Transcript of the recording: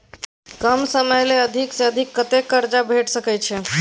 कम समय ले अधिक से अधिक कत्ते कर्जा भेट सकै छै?